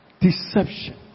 Deception